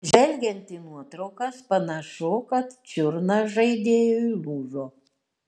žvelgiant į nuotraukas panašu kad čiurna žaidėjui lūžo